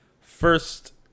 first